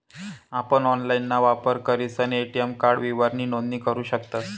आपण ऑनलाइनना वापर करीसन ए.टी.एम कार्ड विवरणनी नोंदणी करू शकतस